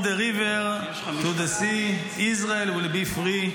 From the river to the sea Israel will be free.